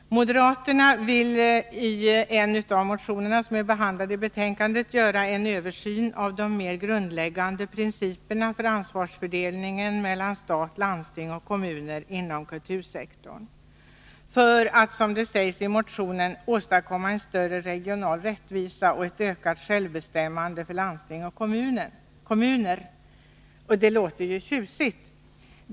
Moderaterna föreslår i en av de motioner som behandlas i betänkandet en översyn av de mer grundläggande principerna för ansvarsfördelningen mellan stat, landsting och kommuner inom kultursektorn för att, som det sägs i motionen, åstadkomma en större regional rättvisa och ökat självbestämmande för landsting och kommuner. Detta låter ju tjusigt.